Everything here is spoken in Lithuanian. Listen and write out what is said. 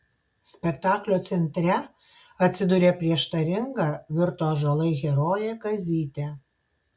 spektaklio centre atsiduria prieštaringa virto ąžuolai herojė kazytė